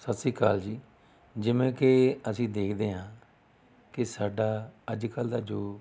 ਸਤਿ ਸ਼੍ਰੀ ਅਕਾਲ ਜੀ ਜਿਵੇਂ ਕਿ ਅਸੀਂ ਦੇਖਦੇ ਹਾਂ ਕਿ ਸਾਡਾ ਅੱਜ ਕੱਲ੍ਹ ਦਾ ਜੋ